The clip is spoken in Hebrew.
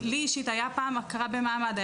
לי הייתה הכרה במעמד,